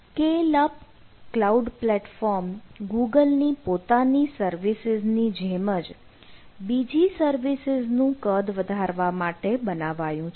scale up cloud platform Google ની પોતાની services ની જેમ જ બીજી સર્વિસીસ નું કદ વધારવા માટે બનાવાયુ છે